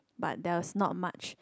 but there was not much